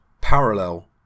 parallel